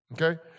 okay